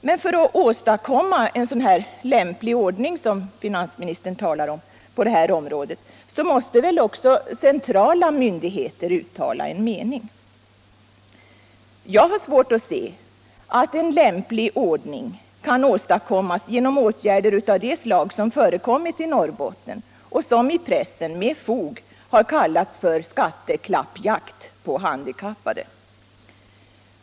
Men för att åstadkomma en sådan ”lämplig ordning”, som finansministern talar om, måste väl också centrala myndigheter uttala en mening. Jag har svårt att sc att en lämplig ordning kan åstadkommas genom åtgärder av det slag som förekommit i Norrbotten, och som i pressen, med fog, har kallats för skatteklappjakt på handikappade.